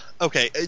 okay